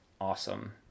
awesome